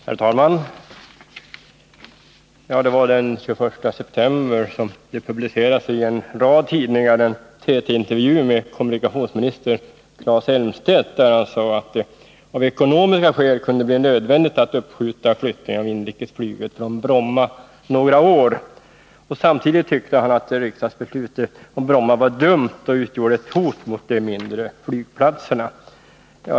Herr talman! Den 21 september publicerades i en rad tidningar en TT-intervju med kommunikationsminister Claes Elmstedt, där han sade att det av ekonomiska skäl kunde bli nödvändigt att uppskjuta flyttningen av inrikesflyget från Bromma några år. Samtidigt tyckte han att riksdagsbeslutet om Bromma var dumt och utgjorde ett hot mot de mindre flygplatserna.